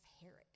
Herod